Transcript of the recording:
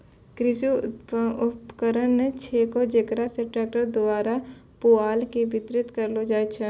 कृषि उपकरण छेकै जेकरा से ट्रक्टर द्वारा पुआल के बितरित करलो जाय छै